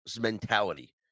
mentality